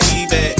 Baby